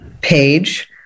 page